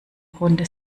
runde